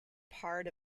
part